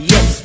Yes